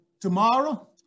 tomorrow